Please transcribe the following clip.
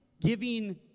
giving